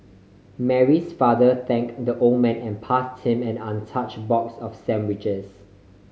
Mary's father thanked the old man and passed him an untouch box of sandwiches